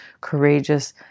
courageous